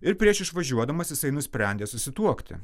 ir prieš išvažiuodamas jisai nusprendė susituokti